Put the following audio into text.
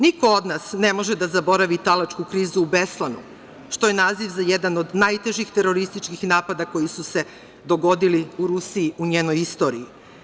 Niko od nas ne može da zaboravi talačku krizu u Beslanu, što je naziv za jedan od najtežih terorističkih napada koji su se dogodili u Rusiji u njenoj istoriji.